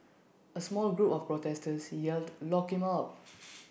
A small group of protesters yelled lock him up